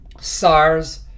SARS